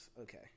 Okay